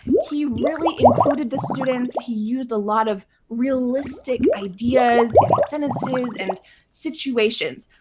he really included the students. he used a lot of realistic ideas and sentences and situations.